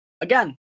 again